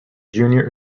junior